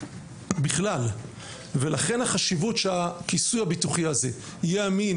לכן החשיבות שהכיסוי הביטוחי הזה יהיה אמין,